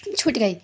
چھوٹ گئی